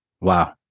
Wow